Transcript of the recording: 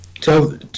Tell